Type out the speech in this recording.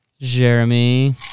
Jeremy